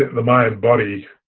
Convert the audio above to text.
the mind-body